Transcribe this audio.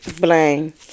Blame